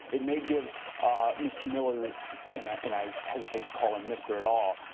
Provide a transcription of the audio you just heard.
it may give mr. miller and i hesitate to call him mister at all.